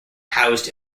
housed